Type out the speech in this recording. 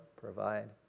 provide